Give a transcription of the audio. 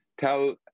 tell